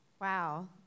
wow